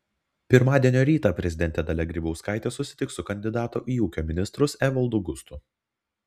pirmadienio rytą prezidentė dalia grybauskaitė susitiks su kandidatu į ūkio ministrus evaldu gustu